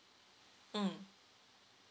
mm